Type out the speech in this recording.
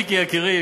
מיקי יקירי,